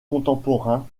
contemporain